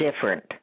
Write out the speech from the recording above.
different